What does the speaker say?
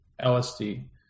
LSD